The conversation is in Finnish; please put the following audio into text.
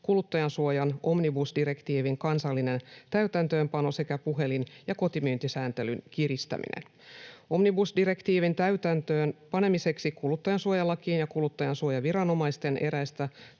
kuluttajansuojan omnibusdirektiivin kansallinen täytäntöönpano sekä puhelin- ja kotimyyntisääntelyn kiristäminen. Omnibusdirektiivin täytäntöön panemiseksi kuluttajansuojalakiin ja kuluttajansuojaviranomaisten eräistä